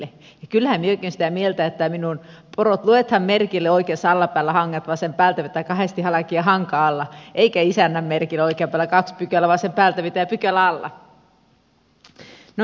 kyllähän minäkin olen sitä mieltä että minun porot luetaan merkille oikeassa alla päällä hangat vasen päältä vita kahdesti halki ja hanka alla eikä isännän merkille oikean päällä kaksi pykälää vasen päältä vita ja pykälä päällä